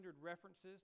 references